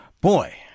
Boy